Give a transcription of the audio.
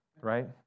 right